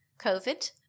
COVID